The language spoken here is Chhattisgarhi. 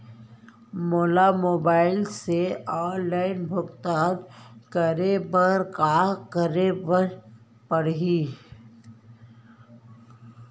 मोला मोबाइल से ऑनलाइन भुगतान करे बर का करे बर पड़ही?